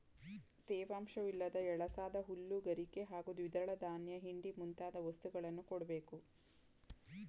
ತೇವಾಂಶವಿಲ್ಲದ ಎಳಸಾದ ಹುಲ್ಲು ಗರಿಕೆ ಹಾಗೂ ದ್ವಿದಳ ಧಾನ್ಯ ಹಿಂಡಿ ಮುಂತಾದ ವಸ್ತುಗಳನ್ನು ಕೊಡ್ಬೇಕು